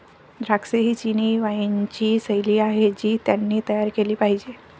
द्राक्षे ही चिनी वाइनची शैली आहे जी त्यांनी तयार केली पाहिजे